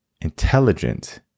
intelligent